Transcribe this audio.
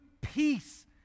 peace